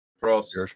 Cross